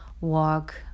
walk